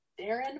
Darren